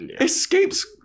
escapes